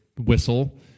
whistle